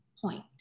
point